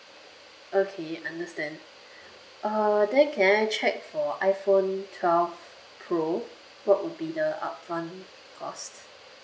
okay understand uh then can I check for iphone twelve pro what would be the upfront cost